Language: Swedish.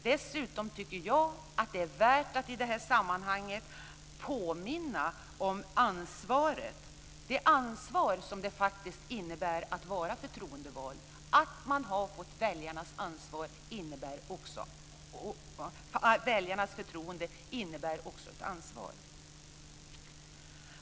Dessutom tycker jag att det är värt att i det här sammanhanget påminna om det ansvar det faktiskt innebär att vara förtroendevald. Att man har fått väljarnas förtroende innebär också ett ansvar.